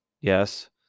Yes